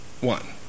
one